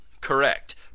Correct